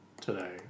today